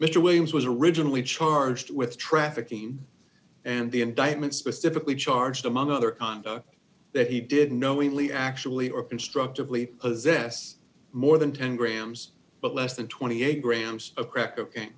mr williams was originally charged with trafficking and the indictment specifically charged among other conduct that he did knowingly actually or constructively possess more than ten grams but less than twenty eight grams of crack